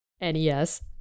NES